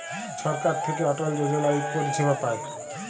ছরকার থ্যাইকে অটল যজলা ইক পরিছেবা পায়